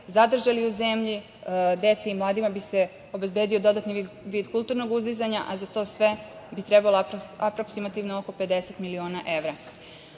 zadržali u zemlji, deci i mladima bi se obezbedio dodatni vid kulturnog uzdizanja, a za to sve bi trebalo aproksimativno oko 50 miliona